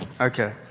Okay